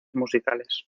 musicales